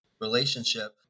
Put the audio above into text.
relationship